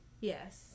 Yes